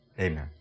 Amen